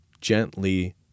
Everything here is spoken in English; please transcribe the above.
gently